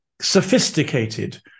sophisticated